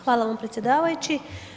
Hvala vam predsjedavajući.